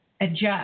Adjust